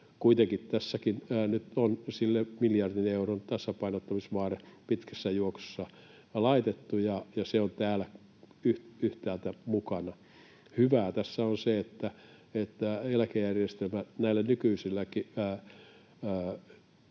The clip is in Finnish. Kuitenkin tässäkin nyt on sille miljardin euron tasapainottamisvaade pitkässä juoksussa laitettu, ja se on täällä yhtäältä mukana. Hyvää tässä on se, että eläkejärjestelmä näillä nykyisilläkin